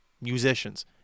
musicians